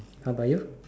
how about you